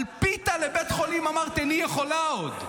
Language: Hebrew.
על פיתה לבית חולים אמרת: איני יכולה עוד.